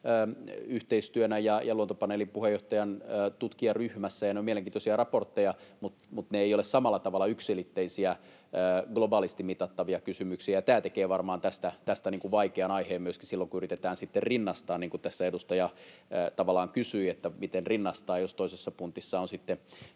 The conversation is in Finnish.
yhteistyönä ja Luontopaneelin puheenjohtajan tutkijaryhmässä, ja ne ovat mielenkiintoisia raportteja, mutta ne eivät ole samalla tavalla yksiselitteisiä, globaalisti mitattavia kysymyksiä. Tämä tekee varmaan tästä vaikean aiheen myöskin silloin, kun yritetään sitten rinnastaa näitä, niin kuin tässä edustaja tavallaan kysyi, miten rinnastaa, jos toisessa puntissa on